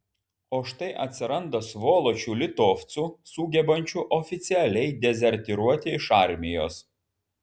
o štai atsiranda svoločių litovcų sugebančių oficialiai dezertyruoti iš armijos